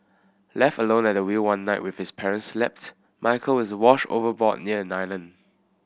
left alone at the wheel one night with his parents slept Michael is washed overboard near an island